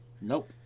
Nope